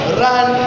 run